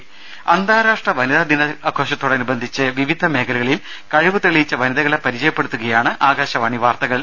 രദ്ദേഷ്ടങ അന്താരാഷ്ട്ര വനിതാ ദിനാഘോഷത്തോടനുബന്ധിച്ച് വിവിധ മേഖലകളിൽ കഴിവ് തെളിയിച്ച വനിതകളെ പരിചയപ്പെടുത്തുകയാണ് ആകാശവാണി വാർത്തകൾ